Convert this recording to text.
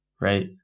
right